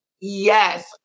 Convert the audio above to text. yes